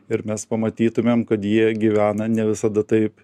ir mes pamatytumėm kad jie gyvena ne visada taip